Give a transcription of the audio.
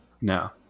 No